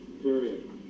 period